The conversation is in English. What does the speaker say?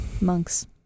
Monks